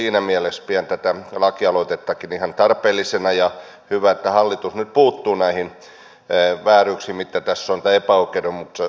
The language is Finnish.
siinä mielessä pidän tätä lakialoitettakin ihan tarpeellisena ja hyvä että hallitus nyt puuttuu näihin epäoikeudenmukaisuuksiin joita tässä on havaittu